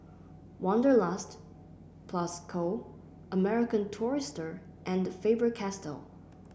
Wanderlust Plus Co American Tourister and Faber Castell